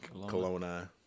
Kelowna